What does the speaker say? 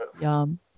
Yum